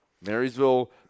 Marysville